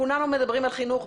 כולנו מדברים על חינוך,